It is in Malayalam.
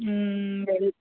ശരി